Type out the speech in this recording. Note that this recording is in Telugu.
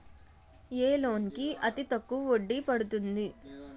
ఏ లోన్ కి అతి తక్కువ వడ్డీ పడుతుంది?